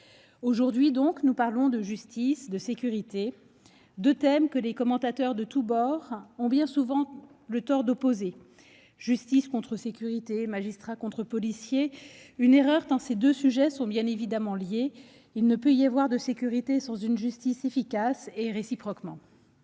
aux bilans. Nous parlons ce soir de justice et de sécurité, deux thèmes que les commentateurs de tous bords ont bien souvent tort d'opposer : justice contre sécurité, magistrats contre policiers ... C'est une erreur, tant ces deux sujets sont liés. Il ne peut y avoir de sécurité sans une justice efficace, et réciproquement.